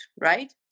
right